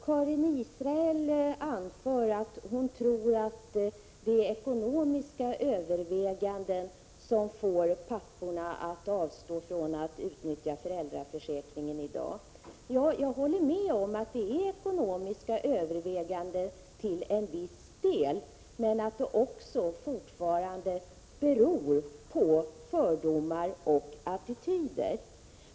Herr talman! Karin Israelsson tror att det är ekonomiska överväganden som får papporna att avstå från att utnyttja föräldraförsäkringen i dag. Jag håller med om att det är ekonomiska överväganden till en viss del, men att det också fortfarande beror på fördomar och attityder.